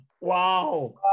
Wow